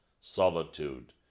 solitude